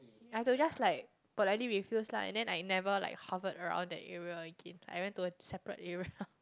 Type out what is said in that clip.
I have to just like politely refuse lah and then I never like hovered around that area Again I went to a separate area